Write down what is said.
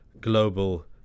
global